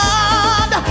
God